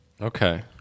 okay